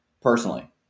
personally